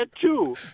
two